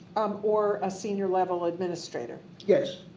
um or a senior level administrator. yes.